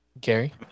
Gary